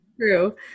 true